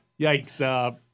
yikes